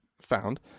found